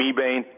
Mebane